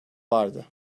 vardı